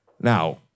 Now